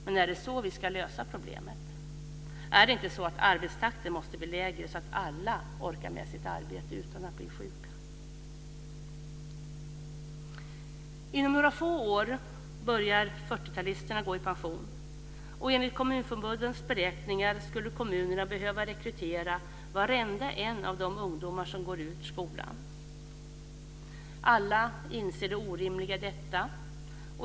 Men är det så vi ska lösa problemet? Är det inte så att arbetstakten måste bli lägre, så att alla orkar med sitt arbete utan att bli sjuka? Inom några få år börjar 40-talisterna gå i pension. Enligt Kommunförbundets beräkningar skulle kommunerna behöva rekrytera varenda en av de ungdomar som går ut skolan. Alla inser det orimliga i detta.